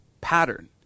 pattern